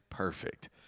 Perfect